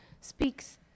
speaks